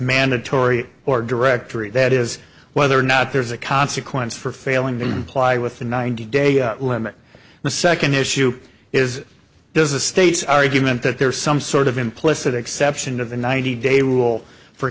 mandatory or directory that is whether or not there's a consequence for failing to apply with the ninety day limit the second issue is does the state's argument that there's some sort of implicit exception of the ninety day rule for